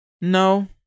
No